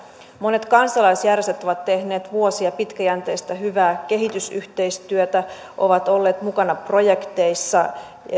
monet kansalaisjärjestöt ovat tehneet vuosia pitkäjänteistä hyvää kehitysyhteistyötä ovat olleet mukana projekteissa